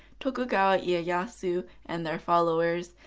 tokugawa yeah ieyasu, and their followers,